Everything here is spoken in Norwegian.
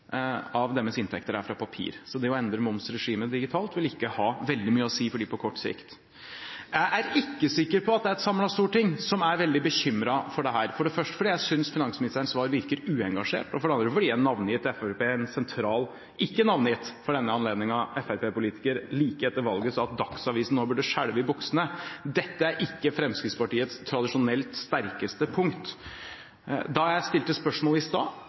av deres inntekter er fra papir, så det å endre momsregimet digitalt vil ikke ha veldig mye å si for dem på kort sikt. Jeg er ikke sikker på at det er et samlet storting som er veldig bekymret for dette, for det første fordi jeg synes finansministerens svar virker uengasjert, og for det andre fordi en sentral, ikke navngitt – for denne anledningen – fremskrittspartipolitiker like etter valget sa at Dagsavisen nå burde «skjelve i buksene». Dette er ikke Fremskrittspartiets tradisjonelt sterkeste punkt. Da jeg stilte spørsmål i stad,